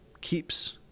keeps